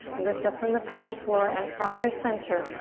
lift up from the pelvic floor and from your center,